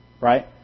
right